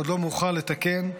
עוד לא מאוחר לתקן,